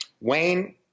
Wayne